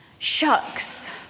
Shucks